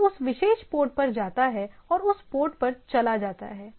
यह उस विशेष पोर्ट पर जाता है और उस पोर्ट पर चला जाता है